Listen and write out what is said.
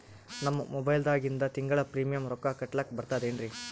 ನಮ್ಮ ಮೊಬೈಲದಾಗಿಂದ ತಿಂಗಳ ಪ್ರೀಮಿಯಂ ರೊಕ್ಕ ಕಟ್ಲಕ್ಕ ಬರ್ತದೇನ್ರಿ?